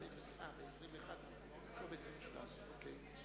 ההסתייגות של קבוצת סיעת קדימה לסעיף 19(1) לא נתקבלה.